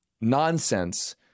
nonsense